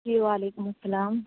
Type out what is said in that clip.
جی وعلیکم السّلام